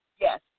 yes